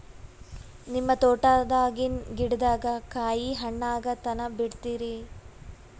ನಿಮ್ಮ ತೋಟದಾಗಿನ್ ಗಿಡದಾಗ ಕಾಯಿ ಹಣ್ಣಾಗ ತನಾ ಬಿಡತೀರ?